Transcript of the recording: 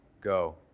go